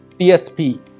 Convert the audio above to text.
DSP